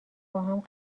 باهم